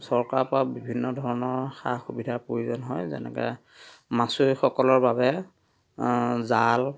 চৰকাৰৰ পৰা বিভিন্ন ধৰণৰ সা সুবিধাৰ প্ৰয়োজন হয় যেনেকে মাছুৱৈসকলৰ বাবে জাল